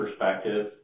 perspective